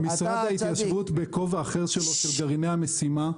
משרד ההתיישבות, בכובע אחר שלו של גרעיני המשימה,